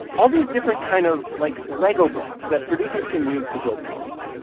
all these different kind of, like, lego blocks that producers can use to build songs.